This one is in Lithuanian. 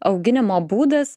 auginimo būdas